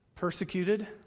Persecuted